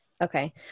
Okay